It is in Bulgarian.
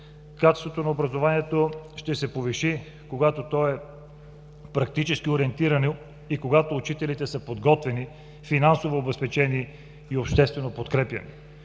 Качеството на образованието ще се повиши, когато то е практически ориентирано и когато учителите са подготвени, финансово обезпечени и обществено подкрепяни.